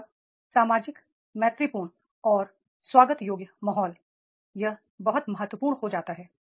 दू सरा सामाजिक मैत्रीपूर्ण और स्वागत योग्य माहौल है यह बहुत महत्वपूर्ण हो जाता है